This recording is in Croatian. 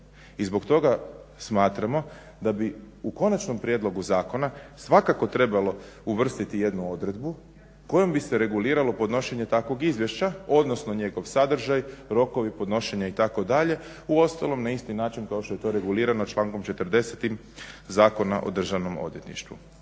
I zbog toga smatramo da bi u konačnom prijedlogu zakona svakako trebalo uvrstiti jednu odredbu kojom bi se reguliralo podnošenje takvog izvješća odnosno njegov sadržaj, rokovi podnošenja itd. uostalom na isti način kao što je to regulirano člankom 40. Zakona o Državnom odvjetništvu.